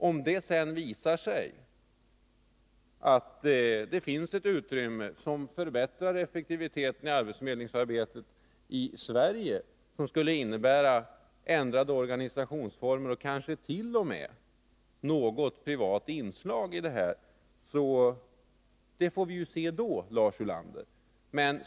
Om det sedan visar sig att det finns ett utrymme för att förbättra effektiviteten i arbetsförmedlingsarbetet i Sverige som skulle innebära ändrade organisationsformer och kanske t.o.m. något privat inslag, så får vi ju ta ställning till detta då, Lars Ulander.